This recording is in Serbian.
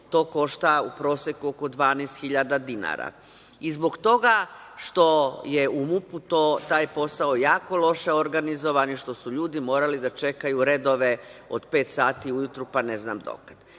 to košta u proseku oko 12.000 dinara. Zbog toga što je u MUP-u taj posao jako loše organizovan i što su ljudi morali da čekaju redove od pet sati ujutru pa ne znam dokle.